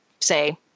say